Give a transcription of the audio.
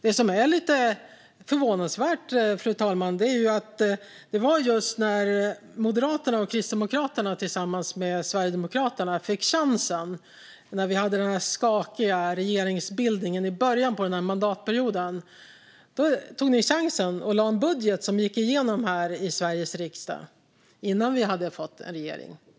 Det som är lite förvånansvärt är att när Moderaterna och Kristdemokraterna tillsammans med Sverigedemokraterna fick chansen - när vi hade den skakiga regeringsbildningen i början av denna mandatperiod - lade de fram en budget som gick igenom i Sveriges riksdag, innan vi hade fått en regering.